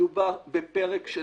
בפרק של